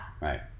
Right